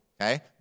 okay